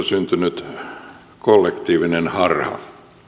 syntynyt kollektiivinen harha